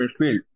midfield